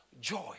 joy